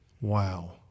Wow